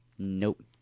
Nope